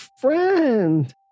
friend